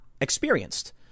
experienced